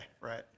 right